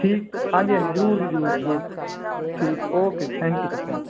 ਠੀਕ ਹਾਂਜੀ ਹਾਂਜੀ ਜ਼ਰੂਰ ਜ਼ਰੂਰ ਜ਼ਰੂਰ ਠੀਕ ਓਕੇ ਜੀ thank you so thank you